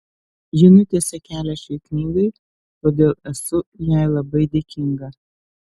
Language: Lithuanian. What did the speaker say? ji nutiesė kelią šiai knygai todėl esu jai labai dėkinga